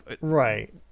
right